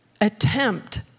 attempt